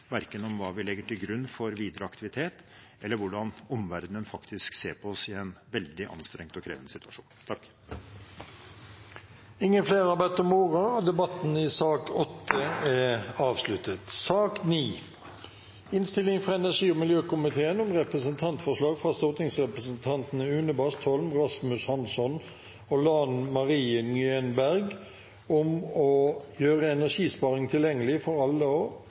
om verken hva vi legger til grunn for videre aktivitet, eller hvordan omverdenen faktisk ser på oss i en veldig anstrengt og krevende situasjon. Flere har ikke bedt om ordet til sak nr. 8. Etter ønske fra energi- og miljøkomiteen vil presidenten ordne debatten slik: 3 minutter til hver partigruppe og